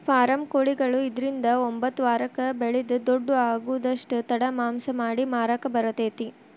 form ಕೊಳಿಗಳು ಐದ್ರಿಂದ ಒಂಬತ್ತ ವಾರಕ್ಕ ಬೆಳಿದ ದೊಡ್ಡು ಆಗುದಷ್ಟ ತಡ ಮಾಂಸ ಮಾಡಿ ಮಾರಾಕ ಬರತೇತಿ